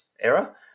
era